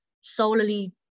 solely